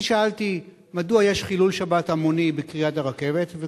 אני שאלתי מדוע יש חילול שבת המוני בכריית הרכבת,